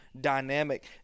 dynamic